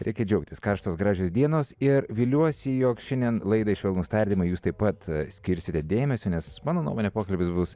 reikia džiaugtis karštos gražios dienos ir viliuosi jog šiandien laidai švelnūs tardymai jūs taip pat skirsite dėmesio nes mano nuomone pokalbis bus